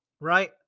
right